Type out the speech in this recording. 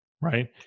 right